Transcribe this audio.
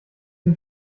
sie